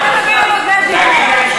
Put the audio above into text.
רק אנחנו מקשיבים לך.